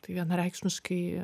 tai vienareikšmiškai